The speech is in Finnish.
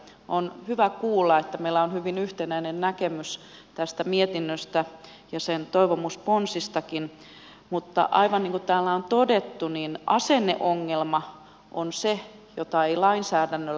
on hyvä kuulla että meillä on hyvin yhtenäinen näkemys tästä mietinnöstä ja sen toivomusponsistakin mutta aivan niin kuin täällä on todettu asenneongelma on se jota ei lainsäädännöllä muuteta